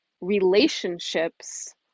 relationships